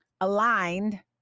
aligned